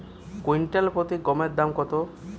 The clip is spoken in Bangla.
কুইন্টাল প্রতি গমের দাম কত?